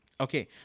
Okay